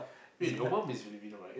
wait your mum is Filipino right